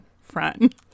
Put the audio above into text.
front